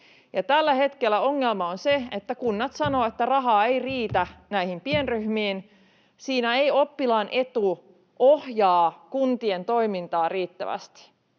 Tällä hetkellä ongelma on se, että kunnat sanovat, että raha ei riitä näihin pienryhmiin. Siinä ei oppilaan etu ohjaa kuntien toimintaa riittävästi.